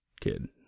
kid